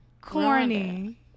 Corny